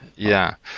yeah.